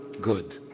good